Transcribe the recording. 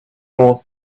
all